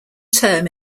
term